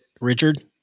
Richard